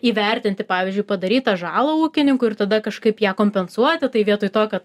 įvertinti pavyzdžiui padarytą žalą ūkininkui ir tada kažkaip ją kompensuoti tai vietoj to kad